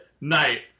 night